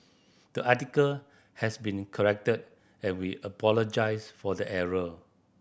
the article has been corrected and we apologise for the error